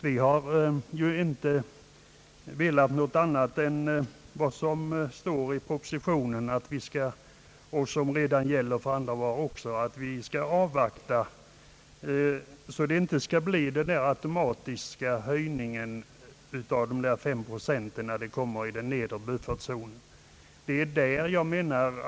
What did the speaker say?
Vi har inte velat något annat än vad som står 1 propositionen och som redan gäller för andra varor, nämligen avvakta utvecklingen så att vi inte får en automatisk höjning med 53 procent när man närmar sig den nedre gränsen i buffertzonen.